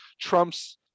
trumps